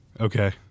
Okay